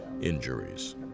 injuries